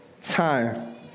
time